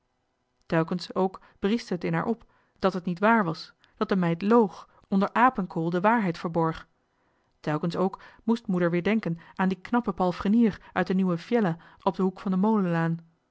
telkens ook brieschte het in haar op dat het niet waar was dat de meid loog onder apenkool johan de meester de zonde in het deftige dorp de waarheid verborg telkens ook moest moeder weer denken aan dien knappen palfrenier uit de nieuwe fiella op den hoek van de